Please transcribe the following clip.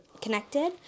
connected